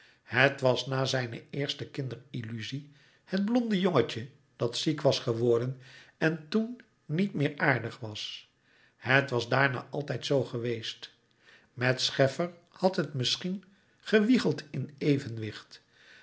het was na zijne eerste kinderdesilluzie het blonde jongetje dat ziek was geworden en toen niet meer aardig was het was daarna altijd zoo geweest met scheffer had het misschien gewiegeld in evenwicht